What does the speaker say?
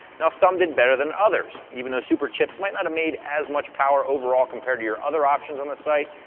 now some did better than others, even though superchips might not have made as much power overall, compared to your other options on the site,